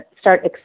start